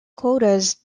quotas